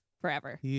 forever